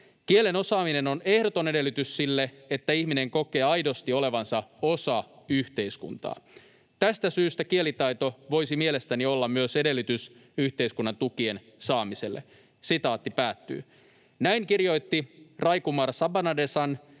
Kielen osaaminen on ehdoton edellytys sille, että ihminen kokee aidosti olevansa osa yhteiskuntaa. Tästä syystä kielitaito voisi mielestäni olla myös edellytys yhteiskunnan tukien saamiselle.” Näin kirjoitti Rajkumar Sabanadesan,